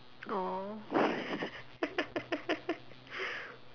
oh